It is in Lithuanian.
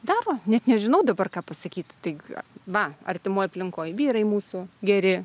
darbo net nežinau dabar ką pasakyti tik va artimoj aplinkoj vyrai mūsų geri